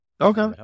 Okay